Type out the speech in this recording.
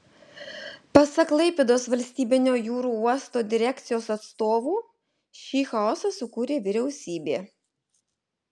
pasak klaipėdos valstybinio jūrų uosto direkcijos atstovų šį chaosą sukūrė vyriausybė